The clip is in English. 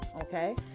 Okay